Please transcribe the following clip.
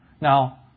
Now